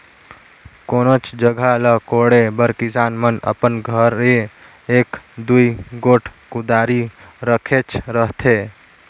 कोनोच जगहा ल कोड़े बर किसान मन अपन घरे एक दूई गोट कुदारी रखेच रहथे